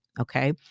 Okay